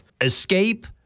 escape